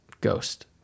ghost